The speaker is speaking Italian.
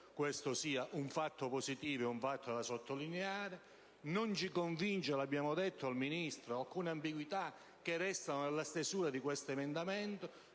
questo un fatto positivo e da sottolineare. Non ci convincono - l'abbiamo detto al Ministro - alcune ambiguità che restano nella stesura di questo emendamento;